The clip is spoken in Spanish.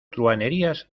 truhanerías